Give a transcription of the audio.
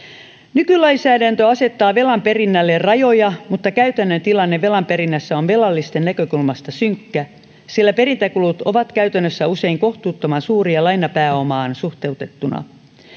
nykylainsäädäntö asettaa velan perinnälle rajoja mutta käytännön tilanne velan perinnässä on velallisten näkökulmasta synkkä sillä perintäkulut ovat käytännössä usein kohtuuttoman suuria lainapääomaan suhteutettuna